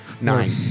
Nine